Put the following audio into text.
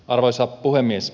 arvoisa puhemies